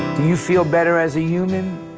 do you feel better as a human?